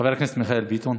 חבר הכנסת מיכאל ביטון.